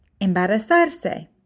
embarazarse